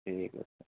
ঠিক আছে